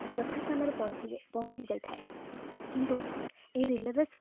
ଲକ୍ଷ୍ୟ ସ୍ଥାନରେ ପହଞ୍ଚି ପହଞ୍ଚି ଯାଇଥାଏ କିନ୍ତୁ ଏ ରିଲେ ରେସ୍